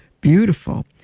beautiful